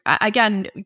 again